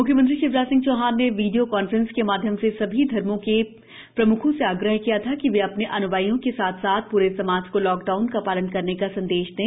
म्ख्यमंत्री शिवराज सिंह चौहान ने video conferencing के माध्यम से सभी धर्मो के प्रम्खों से आग्रह किया था कि वे अपने अन्यायियों के साथ साथ पूरे समाज को लाक डाउन का पालन करने का सन्देश दें